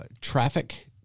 Traffic